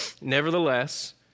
Nevertheless